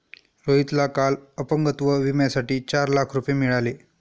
रोहितला काल अपंगत्व विम्यासाठी चार लाख रुपये मिळाले